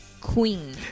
Queen